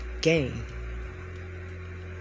game